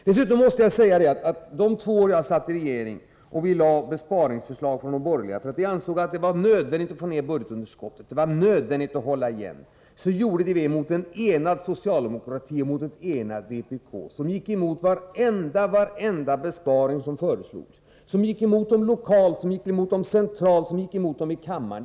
Dessutom måste jag säga att under de två år jag satt i regeringen och vi i de borgerliga partierna framlade besparingsförslag därför att vi ansåg att det var nödvändigt att få ned budgetunderskottet, det var nödvändigt att hålla igen, då gjorde vi det mot en enad socialdemokrati och mot ett enat vpk, som gick emot varenda besparing som föreslogs. Ni gick emot dem lokalt, ni gick emot dem centralt, ni gick emot dem här i kammaren.